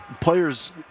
players